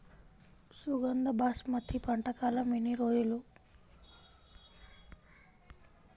సుగంధ బాస్మతి పంట కాలం ఎన్ని రోజులు?